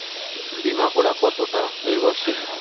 বীমা করা কতোটা নির্ভরশীল?